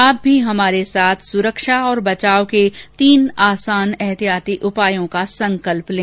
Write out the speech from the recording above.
आप भी हमारे साथ सुरक्षा और बचाव के तीन आसान एहतियाती उपायों का संकल्प लें